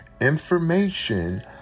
information